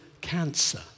cancer